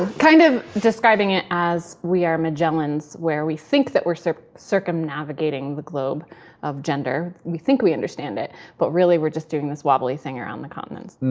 kind of describing it as we are magellans where we think that we're so circumnavigating the globe of gender. we think we understand it. but really, we're just doing this wobbly thing around the continents. and